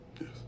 Yes